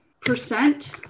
percent